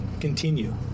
Continue